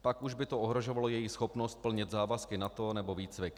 Pak už by to ohrožovalo její schopnost plnit závazky NATO nebo výcvik.